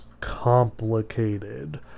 complicated